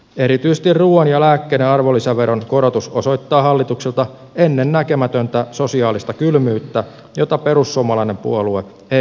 erityisesti ruuan ja lääkkeiden arvonlisäveron korotus osoittaa hallitukselta ennennäkemätöntä sosiaalista kylmyyttä jota perussuomalainen puolue ei hyväksy